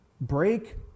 Break